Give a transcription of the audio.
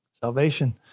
Salvation